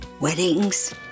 weddings